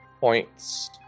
points